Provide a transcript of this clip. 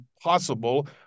possible